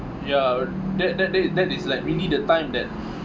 ya that that that that is like really the time that